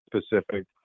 specific